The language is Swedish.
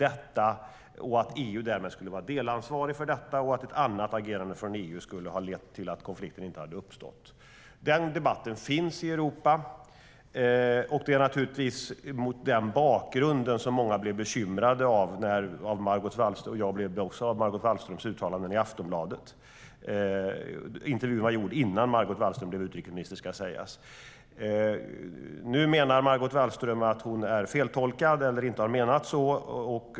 EU skulle därmed vara delansvarigt för detta, och ett annat agerande från EU skulle ha lett till att konflikten inte hade uppstått. Nu menar Margot Wallström att hon är feltolkad eller inte har menat så.